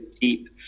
deep